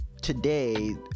today